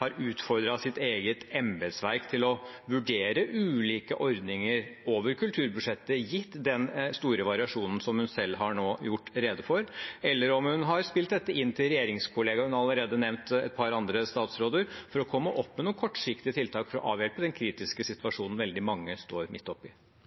har utfordret sitt eget embetsverk til å vurdere ulike ordninger over kulturbudsjettet, gitt den store variasjonen hun selv nå har gjort rede for, eller om hun har spilt dette inn til regjeringskollegaer – hun har allerede nevnt et par andre statsråder – for å komme opp med noen kortsiktige tiltak for å avhjelpe den kritiske